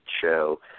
show